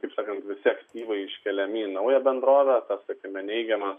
taip sakant visi aktyvai iškeliami į naują bendrovę sakykime neigiamas